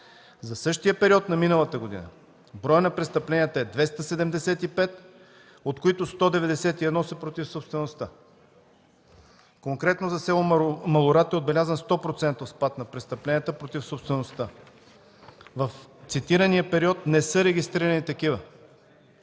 За същия период на миналата година броят на престъпленията е 275, от които 191 са против собствеността. Конкретно за с. Малорад е отбелязан 100% спад на престъпленията против собствеността. В цитирания период не са регистрирани такива.